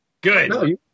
Good